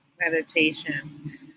meditation